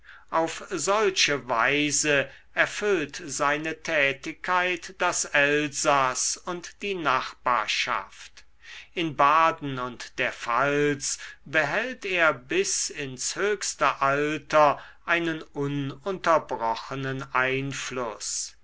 auf solche weise erfüllt seine tätigkeit das elsaß und die nachbarschaft in baden und der pfalz behält er bis ins höchste alter einen ununterbrochenen einfluß